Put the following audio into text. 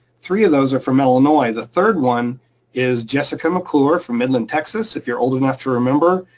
three of those are from illinois. the third one is jessica mcclure from midland, texas, if you're old enough to remember.